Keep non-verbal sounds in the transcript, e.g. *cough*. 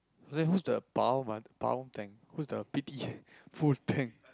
whose the power man power tank whose the p_t *breath* full tank